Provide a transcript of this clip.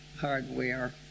hardware